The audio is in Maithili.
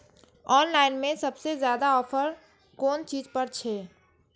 ऑनलाइन में सबसे ज्यादा ऑफर कोन चीज पर छे?